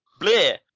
bleh